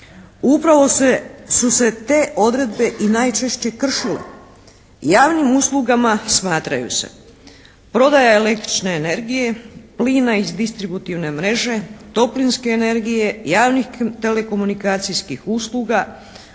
Upravo su se te odredbe i najčešće kršile. Javnim uslugama smatraju se prodaja električne energije, plina iz distributivne mreže, toplinske energije, javnih telekomunikacijskih usluga,